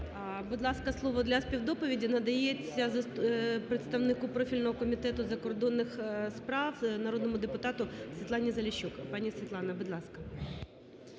Будь ласка, слово для співдоповіді надається представнику профільного Комітету закордонних справ народному депутату Світлані Заліщук. Пані Світлана, будь ласка.